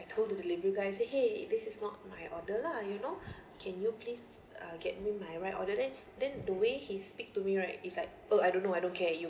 I told a delivery guy say !hey! this is not my order lah you know can you please uh get me my right order then then the way he speak to me right it's like oh I don't know I don't care you